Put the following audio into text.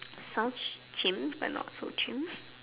sounds chim but not so chim